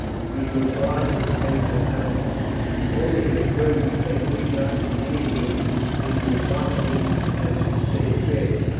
to be your guard as a faithful hound might be only, i pray you, take me not in any way into your confidence as to state affairs,